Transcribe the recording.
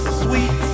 sweet